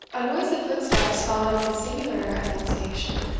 a noise of footsteps followed this singular annunciation,